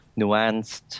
nuanced